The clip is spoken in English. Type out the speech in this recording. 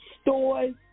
stores